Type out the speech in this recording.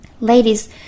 Ladies